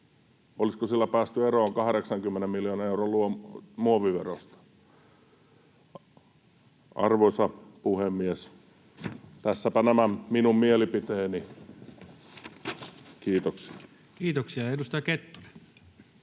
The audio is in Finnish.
Olisiko sillä päästy eroon 80 miljoonan euron muoviverosta? — Arvoisa puhemies, tässäpä nämä minun mielipiteeni. Kiitoksia. [Speech 134] Speaker: